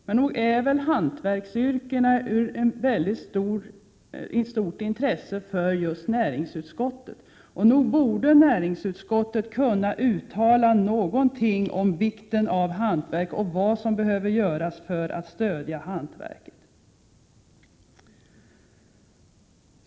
Men nog är väl hantverksyrkena ett väldigt stort intresse för just näringsutskottet! Och nog borde näringsutskottet kunna uttala någonting om vikten av hantverk och om vad som behöver göras för att stödja hantverket.